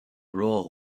role